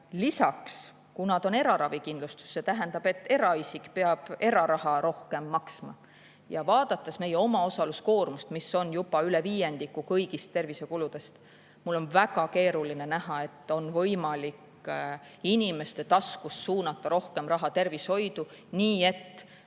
lisaks, kuna see on eraravikindlustus, siis see tähendab, et eraisik peab eraraha rohkem maksma, ja vaadates meie omaosaluskoormust, mis on juba üle viiendiku kõigist tervishoiukuludest, on mul väga keeruline näha, et on võimalik inimeste taskust suunata rohkem raha tervishoidu, nii et